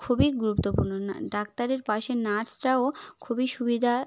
খুবই গুরুত্বপূর্ণ ডাক্তারের পাশে নার্সরাও খুবই সুবিধা